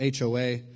HOA